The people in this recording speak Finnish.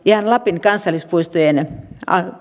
ihan lapin kansallispuistojen